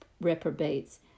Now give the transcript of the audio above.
reprobates